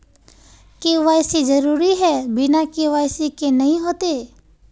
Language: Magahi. के.वाई.सी जरुरी है बिना के.वाई.सी के नहीं होते?